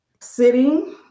Sitting